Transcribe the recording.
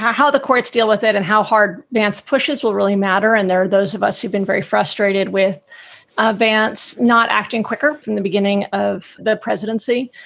how the courts deal with it and how hard nancy pushes will really matter. and there are those of us who've been very frustrated frustrated with ah vance not acting quicker from the beginning of the presidency.